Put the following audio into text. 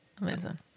Amazing